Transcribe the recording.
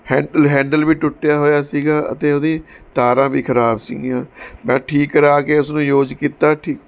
hand handle ਵੀ ਟੁੱਟਿਆ ਹੋਇਆ ਸੀਗਾ ਅਤੇ ਉਹਦੀ ਤਾਰਾਂ ਵੀ ਖਰਾਬ ਸੀਗੀਆਂ ਮੈਂ ਠੀਕ ਕਰਾ ਕੇ ਉਸ ਯੋਜ ਕੀਤਾ ਠੀ